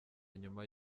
nyuma